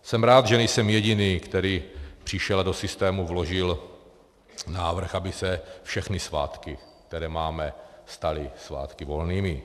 Jsem rád, že nejsem jediný, který přišel a do systému vložil návrh, aby se všechny svátky, které máme, staly svátky volnými.